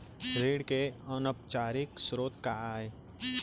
ऋण के अनौपचारिक स्रोत का आय?